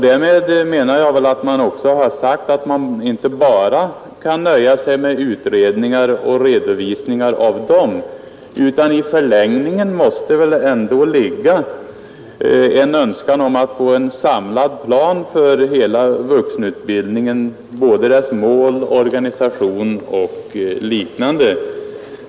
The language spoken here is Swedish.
Därmed har man väl också sagt att man inte bara kan nöja sig med utredningar och redovisningar av dem, utan i förlängningen måste ligga en önskan om att få en samlad plan för hela vuxenutbildningen, dess mål, dess organisation osv.